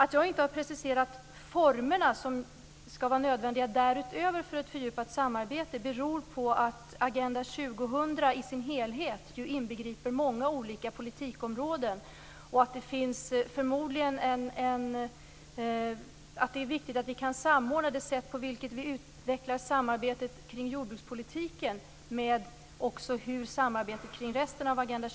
Att jag inte har preciserat de former som är nödvändiga för ett fördjupat samarbete beror på att Agenda 2000 i sin helhet inbegriper många olika politikområden. Det är viktigt att vi kan samordna det utvecklade samarbetet kring jordbrukspolitiken med det fördjupade samarbetet med riksdagen kring resten av Agenda